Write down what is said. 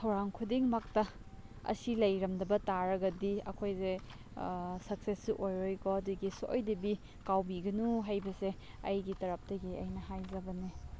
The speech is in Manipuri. ꯊꯧꯔꯥꯡ ꯈꯨꯗꯤꯡꯃꯛꯇ ꯑꯁꯤ ꯂꯩꯔꯝꯗꯕ ꯇꯥꯔꯒꯗꯤ ꯑꯩꯈꯣꯏꯁꯦ ꯁꯛꯁꯦꯁꯁꯨ ꯑꯣꯏꯔꯣꯏꯀꯣ ꯑꯗꯒꯤ ꯁꯣꯏꯗꯕꯤ ꯀꯥꯎꯕꯤꯒꯅꯨ ꯍꯥꯏꯕꯁꯦ ꯑꯩꯒꯤ ꯇꯔꯞꯇꯒꯤ ꯑꯩꯅ ꯍꯥꯏꯖꯕꯅꯦ